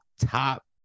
top